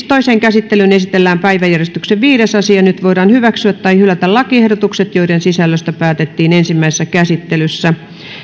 toiseen käsittelyyn esitellään päiväjärjestyksen viides asia nyt voidaan hyväksyä tai hylätä lakiehdotukset joiden sisällöstä päätettiin ensimmäisessä käsittelyssä